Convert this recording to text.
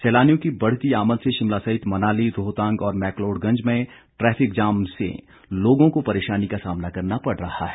सैलानियों की बढ़ती आमद से शिमला सहित मनाली रोहतांग और मैकलोडगंज में ट्रैफिक जाम से लोगों को परेशानी का सामना करना पड़ रहा है